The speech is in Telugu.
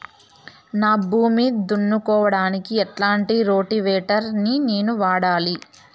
నా భూమి దున్నుకోవడానికి ఎట్లాంటి రోటివేటర్ ని నేను వాడాలి?